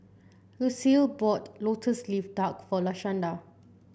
Lucile bought lotus leaf duck for Lashanda